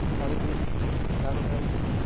politics, governments,